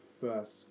first